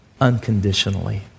unconditionally